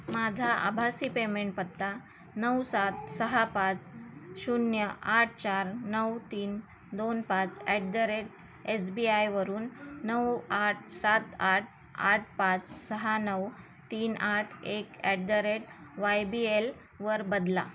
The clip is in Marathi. माझा आभासी पेमेंट पत्ता नऊ सात सहा पाच शून्य आठ चार नऊ तीन दोन पाच at the rate S B आयवरून नऊ आठ सात आठ आठ पाच सहा नऊ तीन आठ एक at the rate Y B एलवर बदला